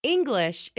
English